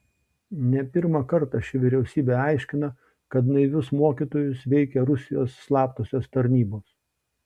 ne pirmą kartą ši vyriausybė aiškina kad naivius mokytojus veikia rusijos slaptosios tarnybos